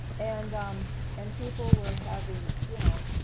and um and people were having you know